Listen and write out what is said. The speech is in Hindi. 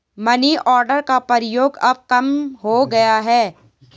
मनीआर्डर का प्रयोग अब कम हो गया है